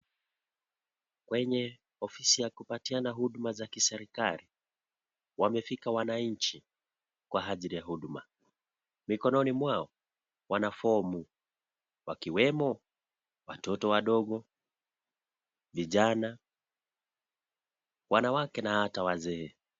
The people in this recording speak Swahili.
Kwenye ofisi ya kupatiana huduma za kiserikari, wamefika wananchi kwa ajili ya huduma. Mikononi mwao, wana fomu wakiwemo watoto wadogo, vijana wanawake na hata wazee.